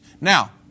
Now